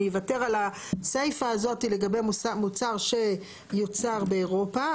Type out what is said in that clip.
אני אוותר על הסיפה הזאת לגבי מוצר שיוצר באירופה,